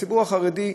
הציבור החרדי,